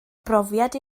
brofiad